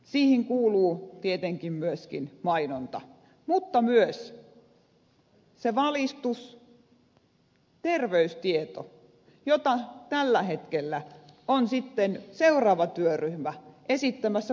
siihen kuuluu tietenkin myöskin mainonta mutta myös se valistus terveystieto jota tällä hetkellä on sitten seuraava työryhmä esittämässä poistettavaksi kouluista